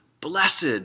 blessed